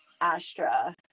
Astra